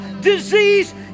disease